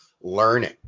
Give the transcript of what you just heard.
learning